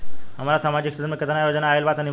हमरा समाजिक क्षेत्र में केतना योजना आइल बा तनि बताईं?